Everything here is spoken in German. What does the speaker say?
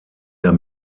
der